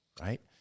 right